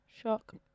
shock